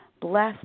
Bless